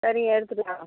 சரிங்க எடுத்துகிட்டு வரேன்